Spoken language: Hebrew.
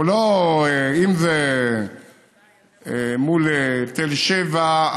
אם זה מול תל שבע,